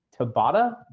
Tabata